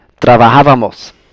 trabajábamos